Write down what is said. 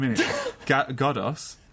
Godos